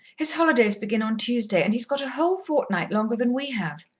his holidays begin on tuesday and he's got a whole fortnight longer than we have.